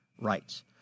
rights